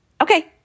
Okay